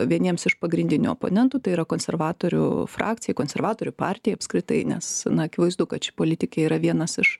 vieniems iš pagrindinių oponentų tai yra konservatorių frakcijai konservatorių partijai apskritai nes na akivaizdu kad ši politikė yra vienas iš